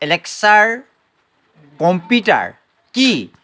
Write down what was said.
এলেক্সাৰ computer কি